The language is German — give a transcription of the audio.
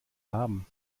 haben